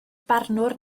barnwr